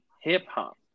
hip-hop